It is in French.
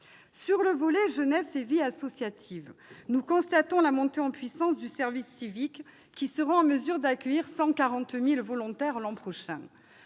Sur le volet jeunesse et vie associative, nous constatons la montée en puissance du service civique, qui sera en mesure d'accueillir 140 000 volontaires l'an prochain.